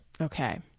Okay